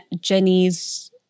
Jenny's